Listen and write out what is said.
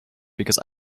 because